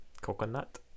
coconut